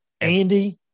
Andy